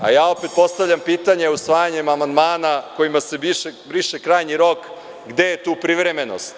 Postavljam pitanje, ne usvajanjem amandmana kojim se briše krajnji rok, gde je tu privremenost?